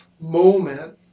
moment